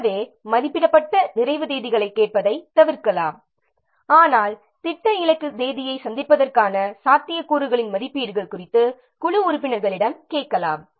எனவே மதிப்பிடப்பட்ட நிறைவு தேதிகளைக் கேட்பதைத் தவிர்க்கலாம் ஆனால் திட்ட இலக்கு தேதியைச் சந்திப்பதற்கான சாத்தியக்கூறுகளின் மதிப்பீடுகள் குறித்து குழு உறுப்பினர்களிடம் கேட்கலாம்